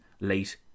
late